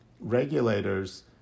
regulators